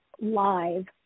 live